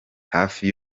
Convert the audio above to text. hafi